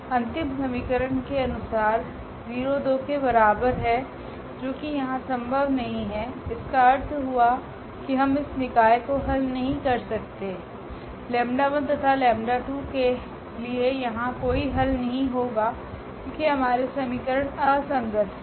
अंतिम समीकरण के अनुसार 0 2 के बराबर हैं जो की यहाँ संभव नहीं है इसका अर्थ हुआ कि हम इस निकाय को हल नहीं कर सकते 𝜆1तथा 𝜆2 के लिए यहाँ कोई हल नहीं होगा क्योकि हमारे समीकरण असंगत हैं